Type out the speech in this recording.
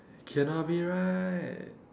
cannot be right